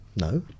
No